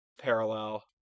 parallel